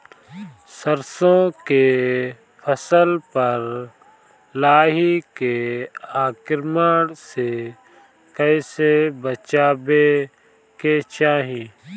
सरसो के फसल पर लाही के आक्रमण से कईसे बचावे के चाही?